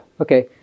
okay